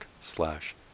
slash